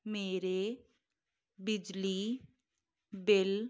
ਮੇਰੇ ਬਿਜਲੀ ਬਿੱਲ